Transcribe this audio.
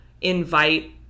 invite